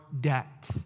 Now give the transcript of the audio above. debt